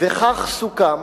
וכך סוכם.